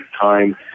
time